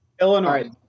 Illinois